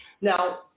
Now